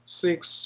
six